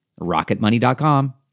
rocketmoney.com